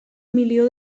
milió